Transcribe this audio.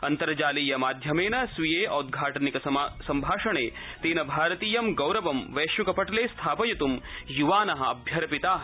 अन्तर्जालीय माध्यमर्म स्वीय औद्वाटनिक सम्भाषण ति भारतीय ं गौरवं वैश्विकपटल स्थिपयितुं युवान अभ्यर्पिता